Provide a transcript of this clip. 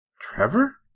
Trevor